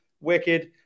Wicked